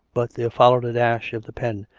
but there followed a dash of the pen,